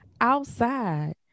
outside